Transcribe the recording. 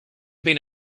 been